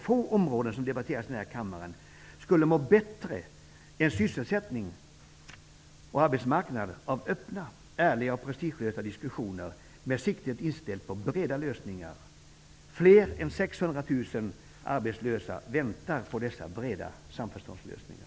Få områden som debatteras i den här kammaren skulle må bättre än sysselsättningen och arbetsmarknaden av öppna, ärliga och prestigelösa diskussioner med siktet inställt på breda lösningar. Fler än 600 000 arbetslösa väntar på dessa breda samförståndslösningar.